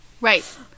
Right